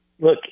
look